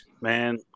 man